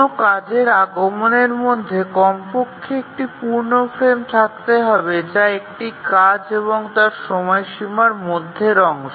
কোনও কাজের আগমনের মধ্যে কমপক্ষে একটি পূর্ণ ফ্রেম থাকতে হবে যা একটি কাজ এবং তার সময়সীমার মধ্যের অংশ